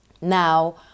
now